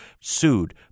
sued